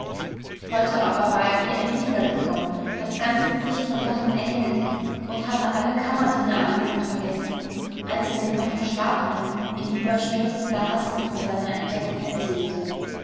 heute aber war er wie ein sieger gekommen das ganze gesicht von lachen erhellt und hatte alle kammerdienerallüren vergessen als er dem noch verschlafenen in überstürzender hast von seiner entdeckung erzählte